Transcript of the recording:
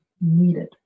needed